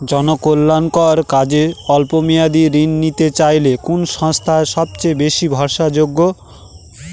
জনকল্যাণকর কাজে অল্প মেয়াদী ঋণ নিতে চাইলে কোন সংস্থা সবথেকে ভরসাযোগ্য?